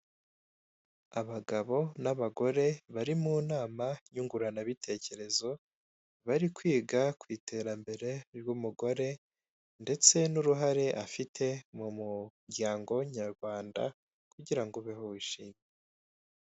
Abagabo n'abagore bari mu nama nyunguranabitekerezo bari kwiga ku iterambere ry'umugore ndetse n'uruhare afite mu muryango nyarwanda kugira ngo bihushe.